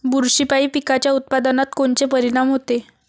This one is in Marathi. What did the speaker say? बुरशीपायी पिकाच्या उत्पादनात कोनचे परीनाम होते?